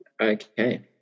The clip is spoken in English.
Okay